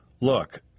Look